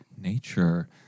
nature